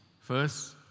First